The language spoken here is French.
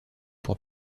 pour